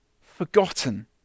forgotten